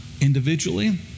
Individually